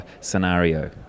scenario